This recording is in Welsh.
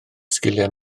sgiliau